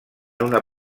una